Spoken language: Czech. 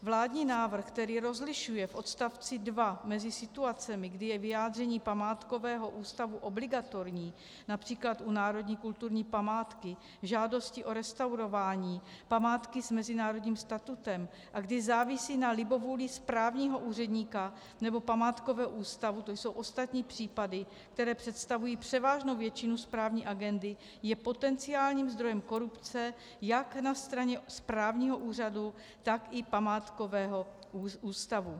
Vládní návrh, který rozlišuje v odstavci dva mezi situacemi, kdy je vyjádření památkového ústavu obligatorní, například u národní kulturní památky žádosti o restaurování, památky s mezinárodním statutem, a kdy závisí na libovůli správního úředníka nebo památkového ústavu, to jsou ostatní případy, které představují převážnou většinu správní agendy, je potenciálním zdrojem korupce jak na straně správního úřadu, tak i památkového ústavu.